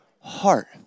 heart